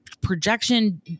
projection